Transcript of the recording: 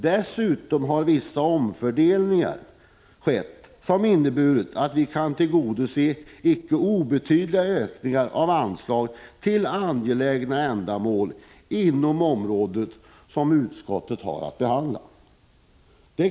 Dessutom har det skett vissa omfördelningar som innebär att vi kan tillstyrka icke obetydliga ökningar av anslag till angelägna ändamål inom det område som utskottet har att behandla.